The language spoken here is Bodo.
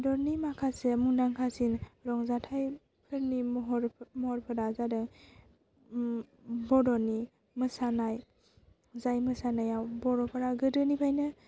हादरनि माखासे मुंदांखासिन रंजाथाइफोरनि महर महरफोरा जादों बर'नि मोसानाय जाय मोसानायाव बर'फोरा गोदोनिफ्रायनो